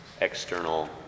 external